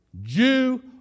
Jew